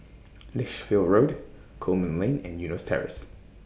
Lichfield Road Coleman Lane and Eunos Terrace